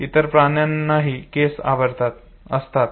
इतर प्राण्यांनाही केस असतात